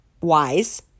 wise